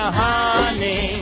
honey